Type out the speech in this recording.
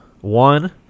One